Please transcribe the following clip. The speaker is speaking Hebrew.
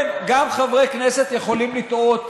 כן, גם חברי כנסת יכולים לטעות.